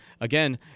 again